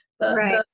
Right